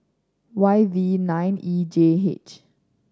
Y V nine E J H